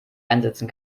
einsetzen